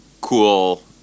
cool